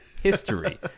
history